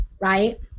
right